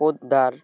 Poddar